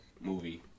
movie